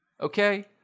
okay